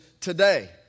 today